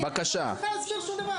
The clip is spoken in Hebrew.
אין סמכות להוציא ממחלקות בשעות הביקור,